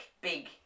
big